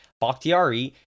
Bakhtiari